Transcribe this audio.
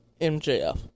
MJF